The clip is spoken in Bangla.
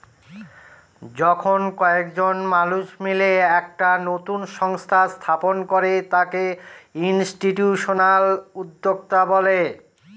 যখন কয়েকজন মানুষ মিলে একটা নতুন সংস্থা স্থাপন করে তাকে ইনস্টিটিউশনাল উদ্যোক্তা বলে